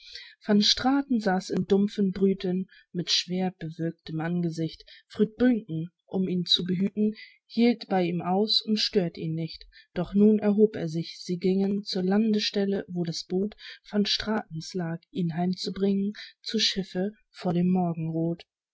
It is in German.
van straten saß in dumpfem brüten mit schwerbewölktem angesicht früd buncken um ihn zu behüten hielt bei ihm aus und stört ihn nicht doch nun erhob er sich sie gingen zur landestelle wo das boot van stratens lag ihn heim zu bringen zu schiffe vor dem morgenroth